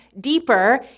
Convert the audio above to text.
deeper